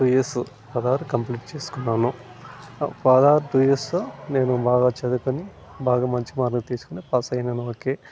two years పదహారు complete చేసుకున్నాను పదహారు టూ ఇయర్సు నేను బాగా చదువుకుని బాగా మంచి మార్కులు తెచ్చుకుని పాస్ అయినాను ఓకే